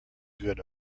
good